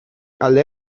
alde